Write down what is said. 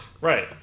right